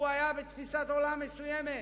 היתה לו תפיסת עולם מסוימת.